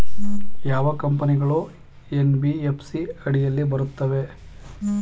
ಯಾವ ಕಂಪನಿಗಳು ಎನ್.ಬಿ.ಎಫ್.ಸಿ ಅಡಿಯಲ್ಲಿ ಬರುತ್ತವೆ?